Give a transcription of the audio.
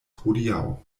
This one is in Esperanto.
hodiaŭ